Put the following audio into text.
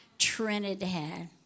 trinidad